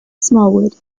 smallwood